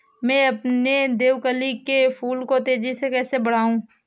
मैं अपने देवकली के फूल को तेजी से कैसे बढाऊं?